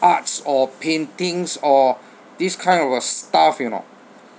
arts or paintings or this kind of uh stuff you know